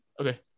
Okay